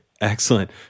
Excellent